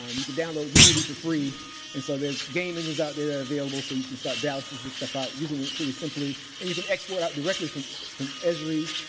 um you can download unity for free and so there's gaming is out there available so you can start balancing this stuff out using it pretty simply. and you can export out directly from from esri,